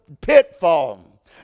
pitfall